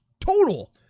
total